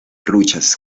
truchas